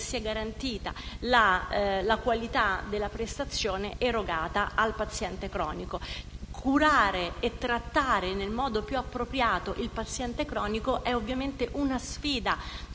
sia garantita la qualità della prestazione erogata al paziente cronico. Curare e trattare nel modo più appropriato il paziente cronico è ovviamente una sfida